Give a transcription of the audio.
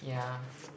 ya